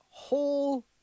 whole